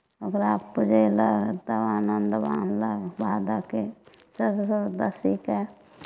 ओकरा पुजयलक तब अनन्त बान्हलक भादवके चतुर्दशीके